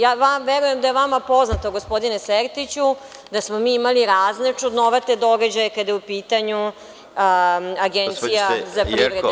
Ja verujem da je vama poznato, gospodine Sertiću, da smo mi imali razne čudnovate događaje kada je u pitanju Agencija za privredne registre…